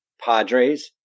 Padres